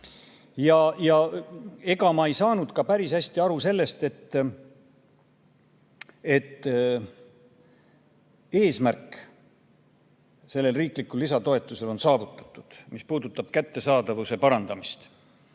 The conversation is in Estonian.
Ja ega ma ei saanud ka päris hästi aru väitest, et selle riikliku lisatoetuse eesmärk, mis puudutab kättesaadavuse parandamist,